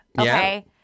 okay